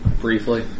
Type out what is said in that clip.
briefly